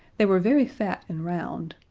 they were very fat and round.